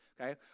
okay